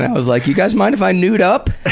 was like, you guys mind if i nude up?